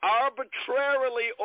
arbitrarily